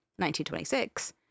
1926